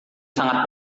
sangat